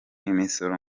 imisoro